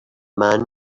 man